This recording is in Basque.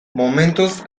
momentuz